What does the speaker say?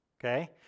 okay